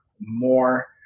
more